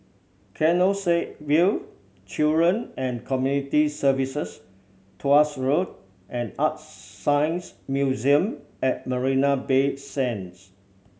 Canossaville Children and Community Services Tuas Road and ArtScience Museum at Marina Bay Sands